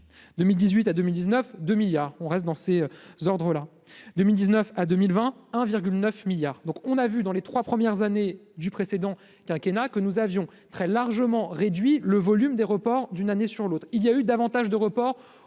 2018 à 2019, 2 milliards, on reste dans ces ordres-là 2019 à 2020, 1 virgule 9 milliards, donc on a vu dans les 3 premières années du précédent quinquennat que nous avions très largement réduit le volume des reports d'une année sur l'autre, il y a eu davantage de report